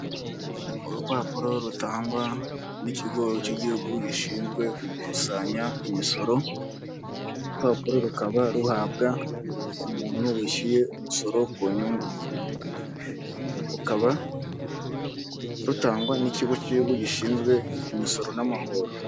Urupapuro rutangwa n'ikigo cy'igihugu gishinzwe gukusanya imisoro, urupapuro rukaba ruhabwa umuntu wishyuye umusoro ku nyungu. rukaba rutangwa n'ikigo cy'igihugu gishinzwe imisoro n'amahoro.